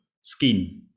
skin